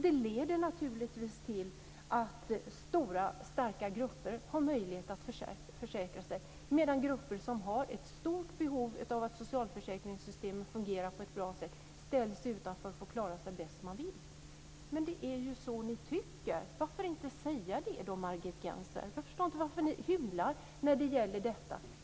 Det leder naturligtvis till att stora, starka grupper har möjlighet att försäkra sig medan grupper som har ett stort behov av att socialförsäkringssystemen fungerar på ett bra sätt ställs utanför och får klara sig bäst de vill. Det är ju så ni tycker. Varför inte säga det då, Margit Gennser? Jag förstår inte varför ni hymlar när det gäller detta.